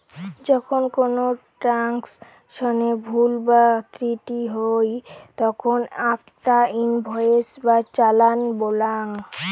যখন কোনো ট্রান্সাকশনে ভুল বা ত্রুটি হই তখন আকটা ইনভয়েস বা চালান বলাঙ্গ